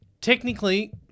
Technically